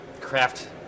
craft